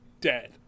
dead